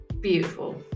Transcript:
beautiful